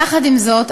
יחד עם זאת,